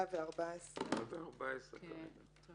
114. גם